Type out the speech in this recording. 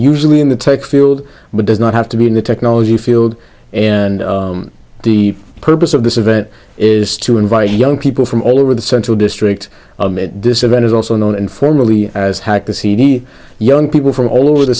sually in the tech field but does not have to be in the technology field and the purpose of this event is to invite young people from all over the central district of disadvantaged also known informally as how to see young people from all over the